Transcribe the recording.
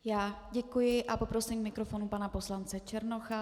Já děkuji a poprosím k mikrofonu pana poslance Černocha.